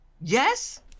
Yes